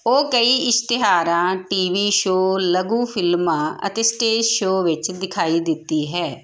ਉਹ ਕਈ ਇਸ਼ਤਿਹਾਰਾਂ ਟੀ ਵੀ ਸ਼ੋਅ ਲਘੂ ਫ਼ਿਲਮਾਂ ਅਤੇ ਸਟੇਜ ਸ਼ੋਅ ਵਿੱਚ ਦਿਖਾਈ ਦਿੱਤੀ ਹੈ